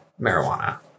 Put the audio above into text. marijuana